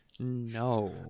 No